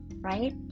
right